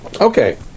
Okay